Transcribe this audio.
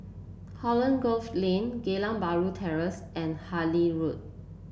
Holland Grove Lane Geylang Bahru Terrace and Harlyn Road